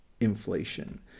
inflation